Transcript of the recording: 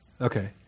Okay